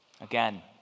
Again